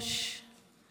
האחריות